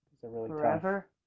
Forever